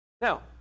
Now